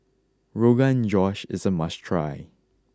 Rogan Josh is a must try